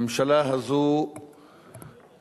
הממשלה הזאת רשמה